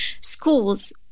schools